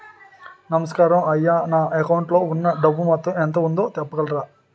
నమస్కారం అయ్యా నా అకౌంట్ లో ఉన్నా డబ్బు మొత్తం ఎంత ఉందో చెప్పగలరా?